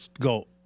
go